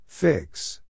Fix